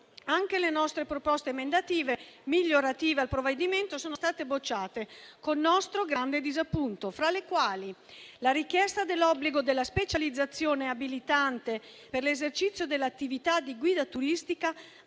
Anche le nostre proposte emendative migliorative al provvedimento sono state bocciate con nostro grande disappunto, fra le quali ricordiamo: la richiesta dell'obbligo della specializzazione abilitante per l'esercizio dell'attività di guida turistica